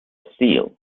steal